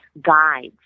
guides